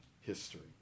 history